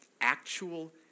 actual